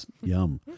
Yum